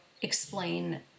explain